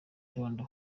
ukunda